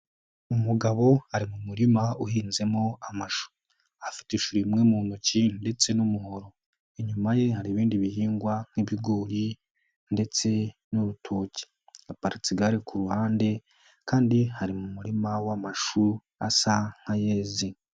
Umugabo ari mu murima uhinzemo amashu, afite ishuri rimwe mu ntoki ndetse n'umuhoro, inyuma ye hari ibindi bihingwa nk'ibigori ndetse n'urutoki, haparitse igare ku ruhande, kandi ari mu murima w'amashu asa nk'ayezi.